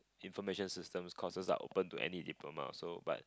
information systems courses are open to any diplomas also but